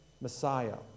Messiah